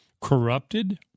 corrupted